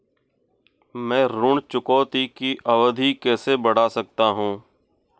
मैं ऋण चुकौती की अवधि कैसे बढ़ा सकता हूं?